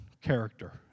character